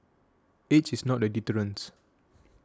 age is not a deterrence